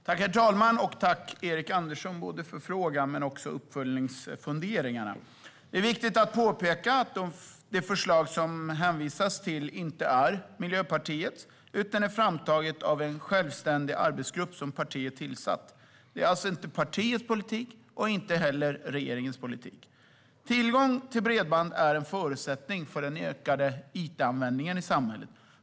Herr talman! Tack, Erik Andersson, både för frågan och för uppföljningsfunderingarna! Det är viktigt att påpeka att det förslag som hänvisas till inte är Miljöpartiets utan är framtaget av en självständig arbetsgrupp som partiet tillsatt. Det är alltså inte partiets politik och inte heller regeringens politik. Tillgång till bredband är en förutsättning för den ökade it-användningen i samhället.